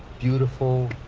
beautiful,